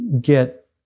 get